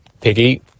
Piggy